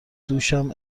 دوشم